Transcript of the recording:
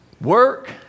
Work